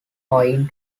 point